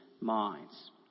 minds